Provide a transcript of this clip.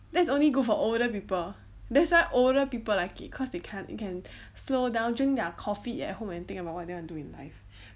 that's only good for older people that's why older people like it cause they can't you can slow down drink their coffee at home and think about what you want to do in life